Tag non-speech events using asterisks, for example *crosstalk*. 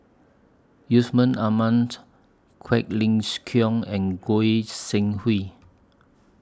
Yusman Aman *noise* Quek Ling *noise* Kiong and Goi Seng Hui